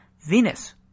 Venus